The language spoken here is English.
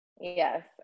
yes